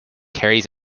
carries